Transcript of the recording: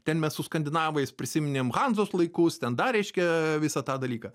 ten mes su skandinavais prisiminėm hanzos laikų ten dar reiškia visą tą dalyką